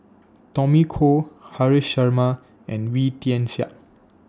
Tommy Koh Haresh Sharma and Wee Tian Siak